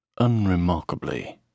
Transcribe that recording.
unremarkably